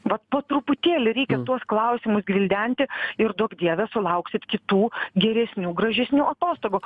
vat po truputėlį reikia tuos klausimus gvildenti ir duok dieve sulauksit kitų geresnių gražesnių atostogų